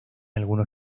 algunos